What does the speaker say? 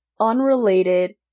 unrelated